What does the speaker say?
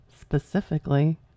specifically